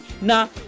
now